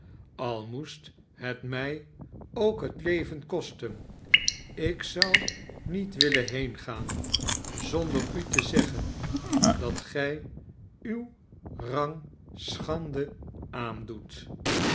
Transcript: al moest het mij ook het leven kosten ik zou niet willen heengaan zonder u te zeggen dat gij uw rangschande aandoet